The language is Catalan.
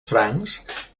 francs